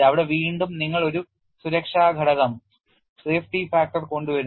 അവിടെ വീണ്ടും നിങ്ങൾ ഒരു സുരക്ഷാ ഘടകം കൊണ്ടുവരുന്നു